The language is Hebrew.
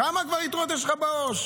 כמה כבר יתרות יש לך בעו"ש?